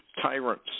tyrants